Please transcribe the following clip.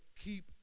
keep